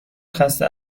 خسته